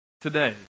today